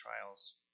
trials